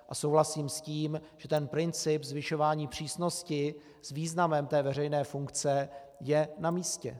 A souhlasím s tím, že ten princip zvyšování přísnosti s významem veřejné funkce je namístě.